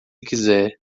quiser